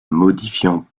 modifiant